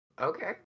Okay